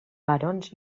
barons